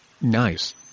nice